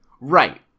Right